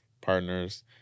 partners